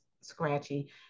scratchy